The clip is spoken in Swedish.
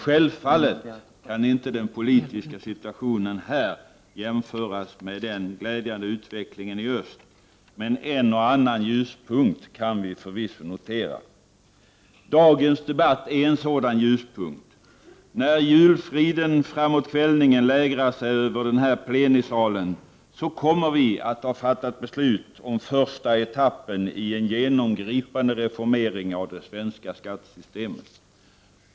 Självfallet kan inte den politiska situationen här jämföras med den glädjande utvecklingen i öst, men en och annan ljuspunkt kan vi förvisso notera. Dagens debatt är en sådan ljuspunkt. När julfriden framåt kvällningen lägrar sig över denna plenisal, kommer vi att ha fattat beslut om första etappen i en genomgripande reformering av det svenska skattesystemet.